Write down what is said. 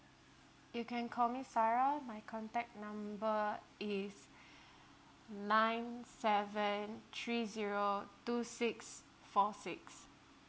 you can call me sarah my contact number is nine seven three zero two six four six